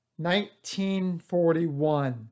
1941